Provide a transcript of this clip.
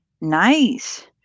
Nice